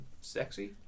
sexy